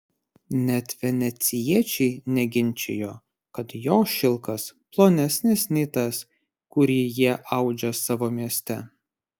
net venecijiečiai neginčijo kad jo šilkas plonesnis nei tas kurį jie audžia savo mieste